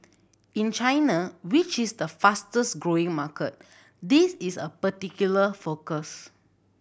in China which is the fastest growing market this is a particular focus